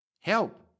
Help